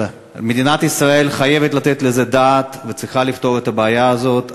מדינת ישראל חייבת לתת על זה את הדעת וצריכה לפתור את הבעיה הזאת.